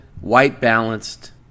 white-balanced